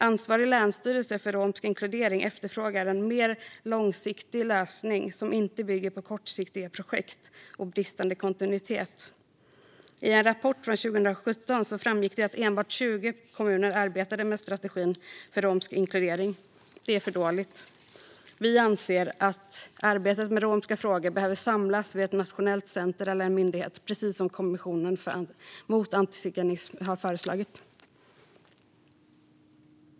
Ansvarig länsstyrelse för romsk inkludering efterfrågar en mer långsiktig lösning, som inte bygger på kortsiktiga projekt och bristande kontinuitet. I en rapport från 2017 framgick det att enbart 20 kommuner arbetade med strategin för romsk inkludering. Det är för dåligt. Vi anser att arbetet med romska frågor behöver samlas vid ett nationellt centrum eller en myndighet, precis som Kommissionen mot antiziganism har föreslagit.